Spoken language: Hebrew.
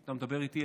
אתה מדבר איתי,